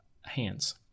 Hands